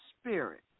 spirit